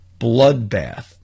bloodbath